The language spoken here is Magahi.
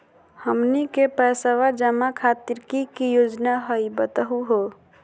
हमनी के पैसवा जमा खातीर की की योजना हई बतहु हो?